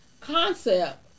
concept